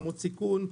הסיכון.